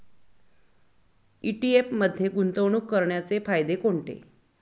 ETF मध्ये गुंतवणूक करण्याचे फायदे कोणते?